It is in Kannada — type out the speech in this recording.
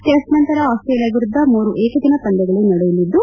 ಟೆಸ್ಟ್ ನಂತರ ಆಸ್ಲೇಲಿಯಾ ವಿರುದ್ದ ಮೂರು ಏಕದಿನ ಪಂದ್ಯಗಳು ನಡೆಯಲಿದ್ದು